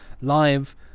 live